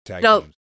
No